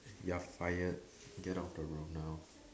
you're fired get out of the room now